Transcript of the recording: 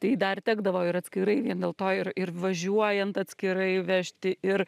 tai dar tekdavo ir atskirai vien dėl to ir ir važiuojant atskirai vežti ir